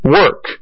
work